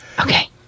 Okay